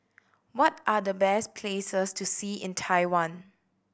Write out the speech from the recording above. what are the best places to see in Taiwan